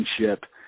relationship